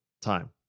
Time